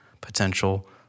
potential